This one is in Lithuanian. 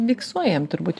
miksuojam turbūt